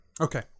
okay